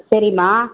சரிம்மா